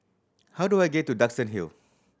how do I get to Duxton Hill